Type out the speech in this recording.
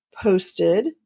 posted